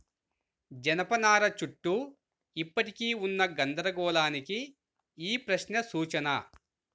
జనపనార చుట్టూ ఇప్పటికీ ఉన్న గందరగోళానికి ఈ ప్రశ్న సూచన